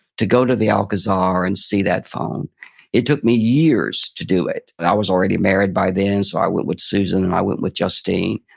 to go to the alcazar alcazar and see that phone it took me years to do it. i was already married by then, so i went with susan, and i went with justine,